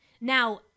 Now